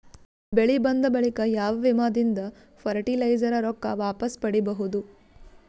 ಬೆಳಿ ಬಂದ ಬಳಿಕ ಯಾವ ವಿಮಾ ದಿಂದ ಫರಟಿಲೈಜರ ರೊಕ್ಕ ವಾಪಸ್ ಪಡಿಬಹುದು?